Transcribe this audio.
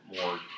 more